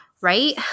right